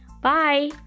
Bye